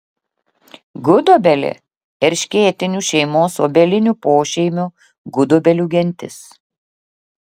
gudobelė erškėtinių šeimos obelinių pošeimio gudobelių gentis